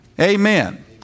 Amen